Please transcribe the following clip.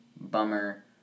Bummer